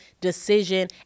decision